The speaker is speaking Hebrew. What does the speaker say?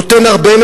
נותן הרבה,